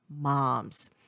moms